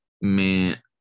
man